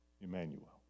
Emmanuel